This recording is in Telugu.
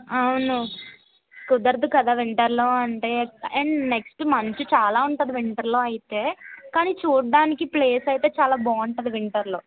అవును కుదరదు కదా వింటర్లో అంటే అండ్ నెక్స్ట్ మంత్ చాలా ఉంటుంది వింటర్లో అయితే కానీ చూడ్డానికి ప్లేస్ అయితే చాలా బాగుంటుంది వింటర్లో